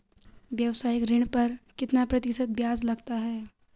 व्यावसायिक ऋण पर कितना प्रतिशत ब्याज लगता है?